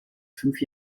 fünf